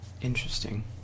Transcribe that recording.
Interesting